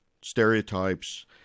stereotypes